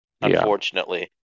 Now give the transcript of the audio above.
unfortunately